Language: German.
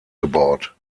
gebaut